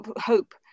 hope